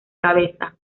cabeza